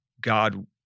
God